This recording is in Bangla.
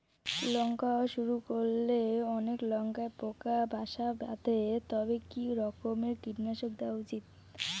লঙ্কা হওয়া শুরু করলে অনেক লঙ্কায় পোকা বাসা বাঁধে তবে কি রকমের কীটনাশক দেওয়া উচিৎ?